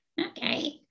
Okay